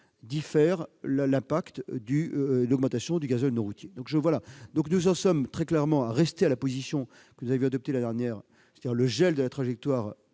différer l'impact de l'augmentation du gazole non routier. Nous voulons très clairement en rester à la position que nous avions adoptée l'année dernière, c'est-à-dire le gel de la trajectoire,